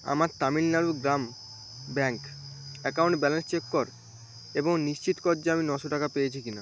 আমার তামিলনাড়ু গ্রাম bank account balance check কর এবং নিশ্চিত কর যে আমি নশো টাকা পেয়েছি কিনা